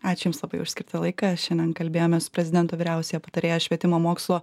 ačiū jums labai už skirtą laiką šiandien kalbėjomės su prezidento vyriausiąja patarėja švietimo mokslo